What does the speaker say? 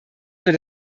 wird